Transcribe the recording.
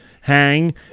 hang